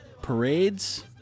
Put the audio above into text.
Parades